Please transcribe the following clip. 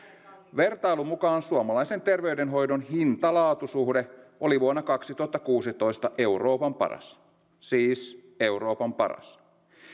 vertailun mukaan suomalaisen terveydenhoidon hinta laatu suhde oli vuonna kaksituhattakuusitoista euroopan paras siis euroopan paras